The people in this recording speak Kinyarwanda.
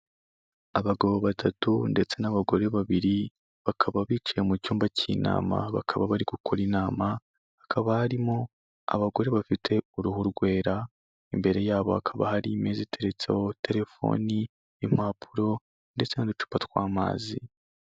Abagabo batatu ndetse n'abagore babiri, bakaba bicaye mu cyumba cy'inama, bakaba bari gukora inama, hakaba harimo abagore bafite uruhu rwera, imbere yabo hakaba hari imeza iteretseho telefoni, impapuro ndetse n'uducupa tw'amazi.